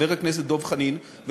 חבר הכנסת דב חנין,